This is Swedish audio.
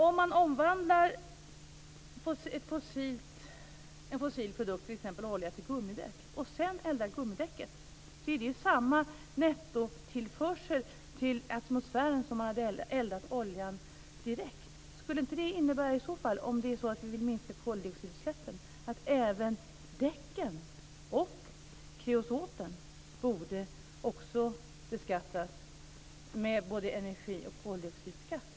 Om man omvandlar en fossil produkt, t.ex. olja till gummidäck och sedan eldar gummidäcket ger det samma nettotillförsel till atmosfären som om man eldat oljan direkt. Skulle inte det i så fall innebära, om vi vill minska koldioxidutsläppen, att även däcken och kreosoten borde beskattas med både energi och koldioxidskatt?